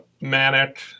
manic